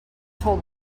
told